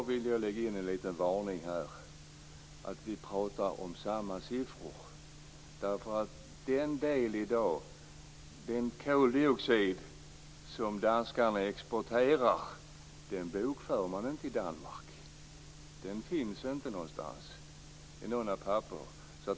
Då vill jag bara lägga in en liten varning, så att vi pratar om samma siffror. Den koldioxid som danskarna exporterar bokför man nämligen inte i Danmark. Den finns inte i några papper.